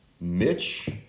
Mitch